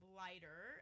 lighter